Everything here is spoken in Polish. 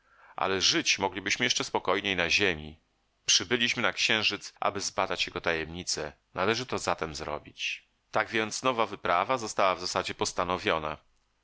ale żyć moglibyśmy jeszcze spokojniej na ziemi przybyliśmy na księżyc aby zbadać jego tajemnice należy to zatem zrobić tak więc nowa wyprawa została w zasadzie postanowiona